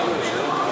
מלכיאלי,